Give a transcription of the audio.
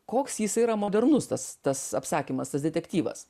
koks jis yra modernus tas tas apsakymas tas detektyvas